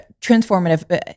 transformative